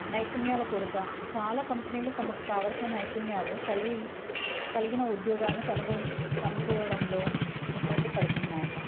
నైపుణ్యాల కొరత చాలా కంపెనీలు తమకు కావాలసిన నైపుణ్యాలు కలిగి కలిగిన ఉద్యోగాలను కనుగో కనుక్కోవడంలో ఇబ్బంది పడుతున్నాయి